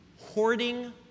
hoarding